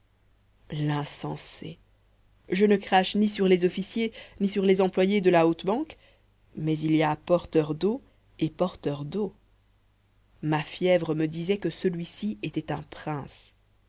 l'insensée je ne crache ni sur les officiers ni sur les employés de la haute banque mais il y a porteur d'eau et porteur d'eau ma fièvre me disait que celui-ci était un prince